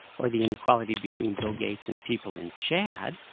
or the inequality between bill gates and people in chad,